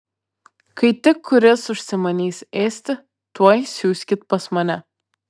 kai tik kuris užsimanys ėsti tuoj siųskit pas mane